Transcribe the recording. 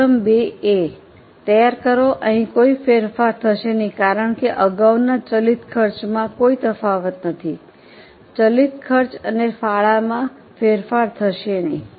column 2A તૈયાર કરો અહીં કોઈ ફેરફાર થશે નહીં કારણ કે અગાઉના ચલિત ખર્ચમાં કોઈ તફાવત નથી ચલિત ખર્ચ અને ફાળોમાં ફેરફાર થશે નહીં